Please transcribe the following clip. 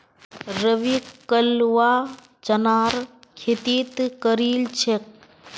रवि कलवा चनार खेती करील छेक